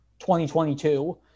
2022